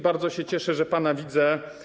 Bardzo się cieszę, że pana widzę.